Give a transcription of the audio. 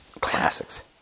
Classics